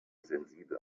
sensibel